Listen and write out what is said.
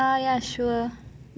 err ya sure